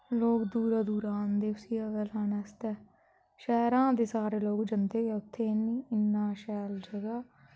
लोक दूरा दूरा आंदे उसी हवा गी लैने आस्तै शैह्रां ते सारे लोक जंदे गै उत्थें नी इ'न्ना शैल जगह